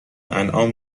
انعام